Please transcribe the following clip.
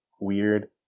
weird